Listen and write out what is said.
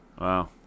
Wow